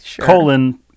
Colon